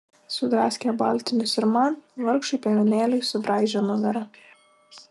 sudraskė baltinius ir man vargšui piemenėliui subraižė nugarą